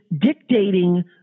dictating